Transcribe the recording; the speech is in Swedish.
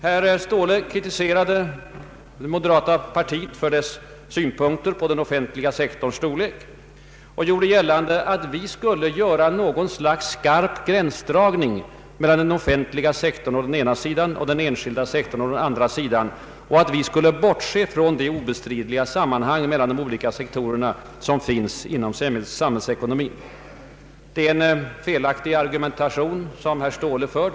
Herr Ståhle kritiserade moderata samlingspartiet för dess synpunkter på den offentliga sektorns storlek och sade att vi skulle gjort en ”skarp gränsdragning” mellan den offentliga sektorn å ena sidan och den enskilda sektorn å andra sidan samt att vi skulle bortse från det obestridliga sammanhanget mellan de olika sektorerna inom samhällsekonomin. Det är en felaktig argumentation som herr Ståhle för.